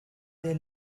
they